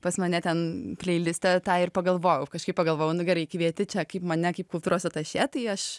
pas mane ten pleiliste tą ir pagalvojau kažkaip pagalvojau nu gerai kvieti čia kaip mane kaip kultūros atašė tai aš